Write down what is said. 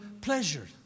pleasure